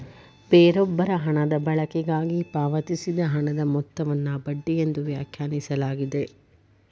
ಬೇರೊಬ್ಬರ ಹಣದ ಬಳಕೆಗಾಗಿ ಪಾವತಿಸಿದ ಹಣದ ಮೊತ್ತವನ್ನು ಬಡ್ಡಿ ಎಂದು ವ್ಯಾಖ್ಯಾನಿಸಲಾಗಿದೆ